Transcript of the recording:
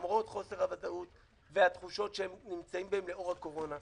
למרות חוסר הוודאות והתחושות שהם נמצאים בהם לאור הקורונה.